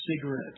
cigarette